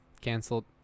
Canceled